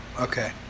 Okay